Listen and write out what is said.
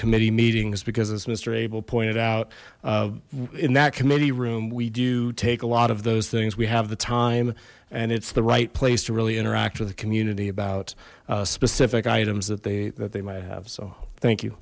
committee meetings because this minister abel pointed out in that committee room we do take a lot of those things we have the time and it's the right place to really interact with the community about specific items that they that they might have so thank you